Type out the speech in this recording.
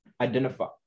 identify